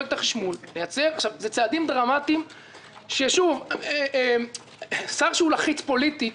זה צעדים דרמטיים ששר שהוא לחוץ פוליטית